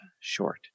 short